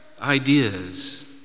ideas